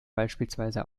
beispielsweise